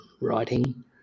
writing